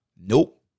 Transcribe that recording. Nope